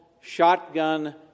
shotgun